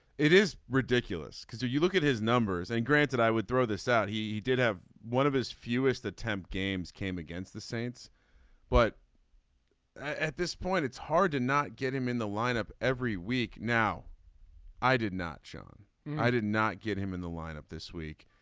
it is ridiculous because if you look at his numbers and granted i would throw this out he did have one of his fewest attempt games came against the saints but at this point it's hard to not get him in the lineup every week. now i did not shown i did not get him in the lineup this week